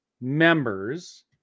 members